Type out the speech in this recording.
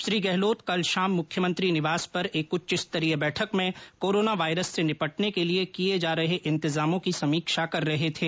श्री गहलोत कल शाम मुख्यमंत्री निवास पर एक उच्च स्तरीय बैठक में कोरोना वायरस से निपटने के लिए किए जा रहे इंतजामों की समीक्षा कर रहे थे